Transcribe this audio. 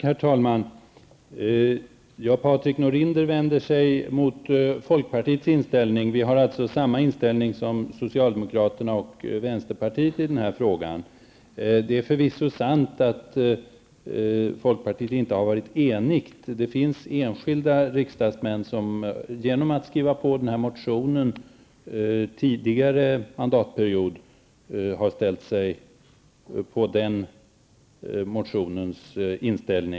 Herr talman! Patrik Norinder vänder sig mot folkpartiets inställning. Vi har alltså samma inställning som socialdemokraterna och vänsterpartiet i den här frågan. Det är förvisso sant att folkpartiet inte har varit enigt -- det finns enskilda riksdagsmän som skrivit på den aktuella motionen under en tidigare mandatperiod och alltså anslutit sig till synpunkterna där.